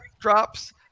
drops